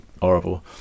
horrible